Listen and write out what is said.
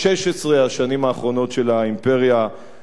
השנים האחרונות של האימפריה העות'מאנית.